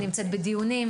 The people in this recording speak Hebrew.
שלישי ורביעי נמצאת בדיונים,